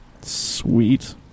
Sweet